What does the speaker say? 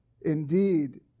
indeed